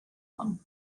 one